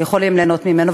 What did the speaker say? יכולים ליהנות מזה,